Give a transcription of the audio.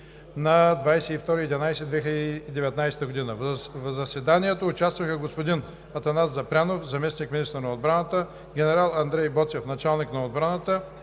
на 22 ноември 2019 г. В заседанието участваха: господин Атанасов Запрянов – заместник-министър на отбраната, генерал Андрей Боцев – началник на отбраната,